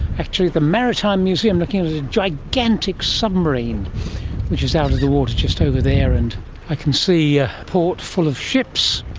actually the maritime museum, looking at a gigantic submarine which is out of the water just over there, and i can see a port full of ships,